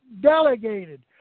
delegated